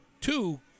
two